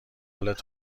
حالت